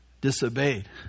disobeyed